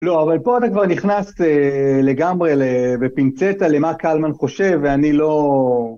לא, אבל פה אתה כבר נכנס לגמרי, בפינצטה, למה קלמן חושב, ואני לא...